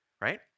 right